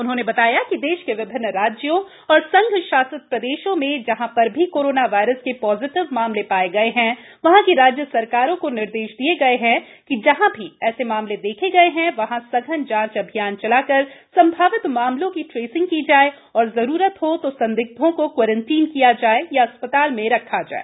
उन्होंने बताया कि देश के विभिन्न राज्यों और संघ शासित प्रदेशों में जहां प्र भी कोरोना वायरस के ाजिटिव मामले ाये गये हैं वहां की राज्य सरकारों को निर्देश दिए गए हैं कि जहां भी ऐसे मामले देखे गए हैं वहां सघन जांच अभियान चलाकर संभावित मामलों की ट्रेसिंग की जाए और जरूरत हो तो संदिग्धों को क्वारंटीन किया जाए या अस्पताल में रखा जाए